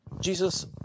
Jesus